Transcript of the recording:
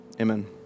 amen